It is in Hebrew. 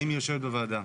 האם היא יושבת בוועדה?